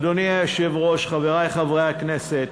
אדוני היושב-ראש, חברי חברי הכנסת,